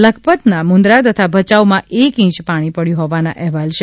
લખપતના મુંદરા તથા ભચાઉમાં એક ઇંચુુ પાણી પડ્યું હોવાના અહેવાલ છે